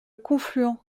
confluent